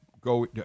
go